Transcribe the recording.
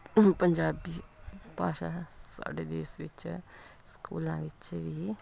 ਪੰਜਾਬੀ ਭਾਸ਼ਾ ਸਾਡੇ ਦੇਸ਼ ਵਿੱਚ ਸਕੂਲਾਂ ਵਿੱਚ ਵੀ